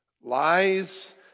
Lies